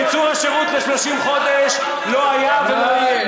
קיצור השירות ל-30 חודש לא היה ולא יהיה.